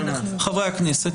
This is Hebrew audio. חברי הכנסת.